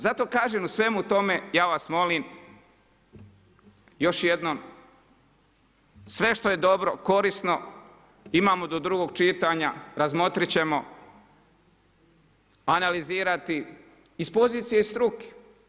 Zato kažem u svemu tome ja vas molim još jednom, sve što je dobro, korisno imamo do drugog čitanja, razmotrit ćemo, analizirati iz pozicije struke.